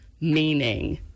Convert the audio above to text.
meaning